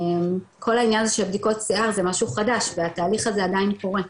כל העניין של בדיקות שיער זה משהו חדש והתהליך הזה עדיין קורה.